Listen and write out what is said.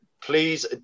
please